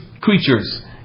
creatures